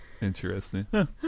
Interesting